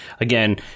again